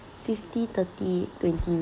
fifty thirty twenty